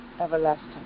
everlasting